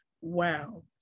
Wow